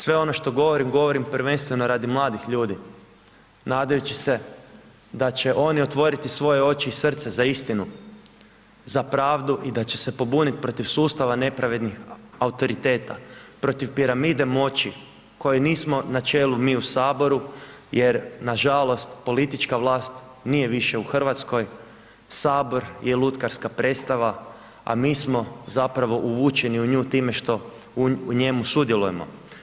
Sve ono što govorim, govorim prvenstveno radi mladih ljudi nadajući se da će oni otvoriti svoje oči i srce za istinu, za pravdu i da će se pobunit protiv sustava nepravednih autoriteta, protiv piramide moći kojoj nismo na čelu mi u HS jer nažalost politička vlast nije više u RH, HS je lutkarska predstava, a mi smo zapravo uvučeni u nju time što u njemu sudjelujemo.